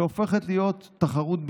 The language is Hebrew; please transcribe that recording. שהופכת להיות תחרות בקיצוניות: